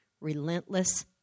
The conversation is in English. relentless